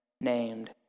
named